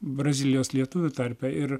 brazilijos lietuvių tarpe ir